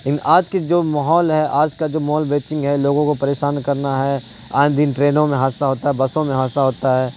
لیکن آج کے جو ماحول ہے آج کا جو ماحول ہے لوگوں کو پریشان کرنا ہے آئے دن ٹرینوں میں حادثہ ہوتا ہے بسوں میں حادثہ ہوتا ہے